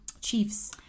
Chiefs